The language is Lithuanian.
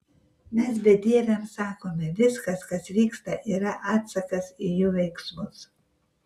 mes bedieviams sakome viskas kas vyksta yra atsakas į jų veiksmus